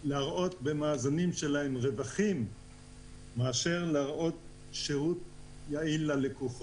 להראות רווחים במאזנים שלהם מאשר לתת שירות יעיל ללקוחות.